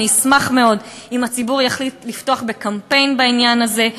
אני אשמח מאוד אם הציבור יחליט לפתוח בקמפיין בעניין הזה,